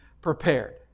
prepared